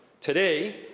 Today